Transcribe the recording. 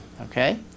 okay